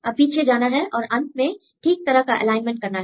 अब पीछे जाना है और अंत में ठीक तरह का एलाइनमेंट करना है